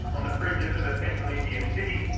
on the fringes of a central indian city.